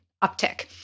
uptick